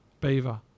Beaver